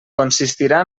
consistirà